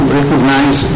recognize